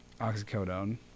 oxycodone